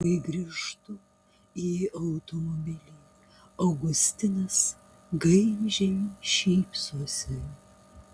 kai grįžtu į automobilį augustinas gaižiai šypsosi